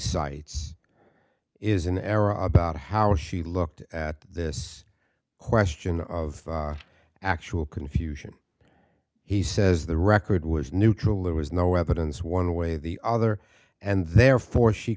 cites is in error about how she looked at this question of actual confusion he says the record was neutral it was no evidence one way or the other and therefore she